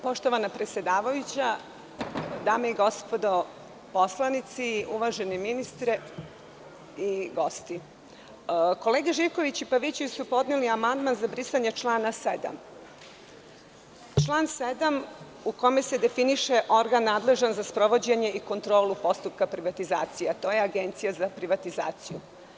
Poštovana predsedavajuća, dame i gospodo poslanici, uvaženi ministre i gosti, kolega Živković i Pavićević su podneli amandman za brisanje člana 7. u kome se definiše organ nadležan za sprovođenje i kontrolu postupka privatizacije, a to je Agencija za privatizaciju.